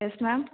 yes ma'am